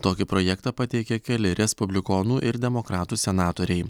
tokį projektą pateikė keli respublikonų ir demokratų senatoriai